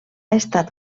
estat